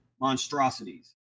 monstrosities